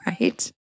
right